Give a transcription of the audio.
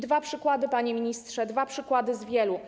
Dwa przykłady, panie ministrze, dwa przykłady z wielu.